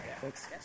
Thanks